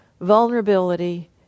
vulnerability